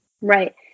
Right